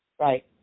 right